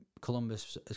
Columbus